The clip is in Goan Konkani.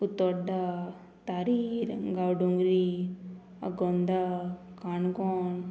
उतोड्डा तारीर गांवडोंगरी आगोंदा काणकोण